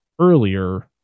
earlier